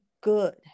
good